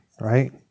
right